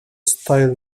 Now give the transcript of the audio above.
style